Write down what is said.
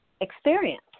experience